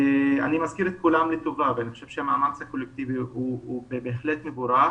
אני מזכיר את כולם לטובה ואני חושב שהמאמץ הקולקטיבי בהחלט מבורך.